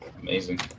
Amazing